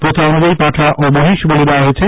প্রখা অনুযায়ী পাঠা ও মহিষ বলি দেওয়া হয়েছে